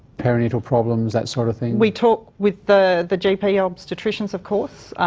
perinatal problems, that sort of thing? we talk with the the gp obstetricians, of course.